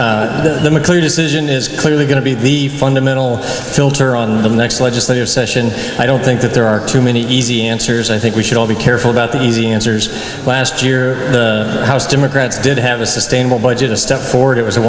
decision is clearly going to be the fundamental filter on the next legislative session i don't think that there are too many easy answers i think we should all be careful about the easy answers last year the house democrats did have a sustainable budget a step forward it was a